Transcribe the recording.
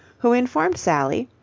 who informed sally,